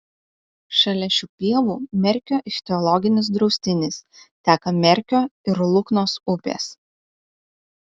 šalia šių pievų merkio ichtiologinis draustinis teka merkio ir luknos upės